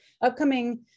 Upcoming